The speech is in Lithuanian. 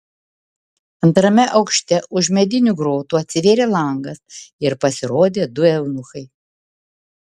antrame aukšte už medinių grotų atsivėrė langas ir pasirodė du eunuchai